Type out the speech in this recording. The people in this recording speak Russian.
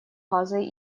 газой